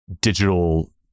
digital